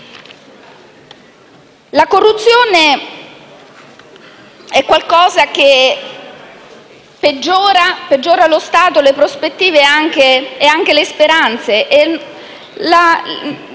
La corruzione è qualcosa che peggiora lo Stato, le prospettive e anche le speranze;